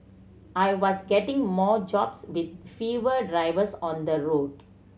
I was getting more jobs with fewer drivers on the road